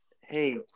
Hey